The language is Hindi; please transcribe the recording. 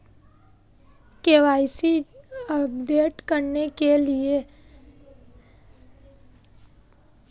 के.वाई.सी अपडेट करने के लिए क्या जानकारी चाहिए?